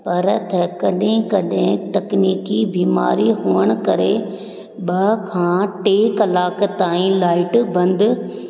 पर कॾहिं कॾहिं तकनीकी बीमारी हुअणु करे ॿ खां टे कलाक ताईं लाईट बंदि